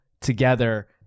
together